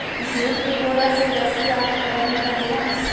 jute के बोरा से रस्सी आ कपड़ा भी बनेला